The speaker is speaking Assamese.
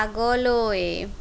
আগলৈ